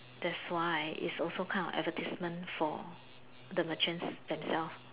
that's why it's also kind of advertisement for the merchants themselves